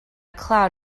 cloud